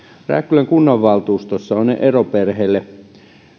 rääkkylän kunnanvaltuustossa on eroperheille